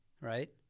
right